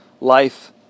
life